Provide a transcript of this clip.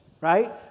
right